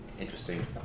interesting